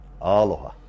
Aloha